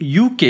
UK